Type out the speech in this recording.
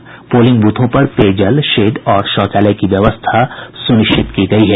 वहीं पोलिंग ब्रथों पर पेयजल शेड और शौचालय की व्यवस्था सुनिश्चित की गयी है